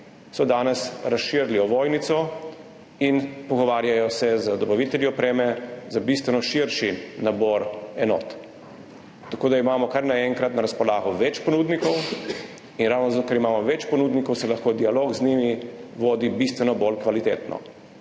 so danes razširili ovojnico in se pogovarjajo z dobavitelji opreme za bistveno širši nabor enot. Tako da imamo kar naenkrat na razpolago več ponudnikov. In ravno zato, ker imamo več ponudnikov, se lahko dialog z njimi vodi bistveno bolj kvalitetno.